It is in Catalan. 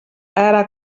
ara